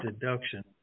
deduction